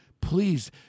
Please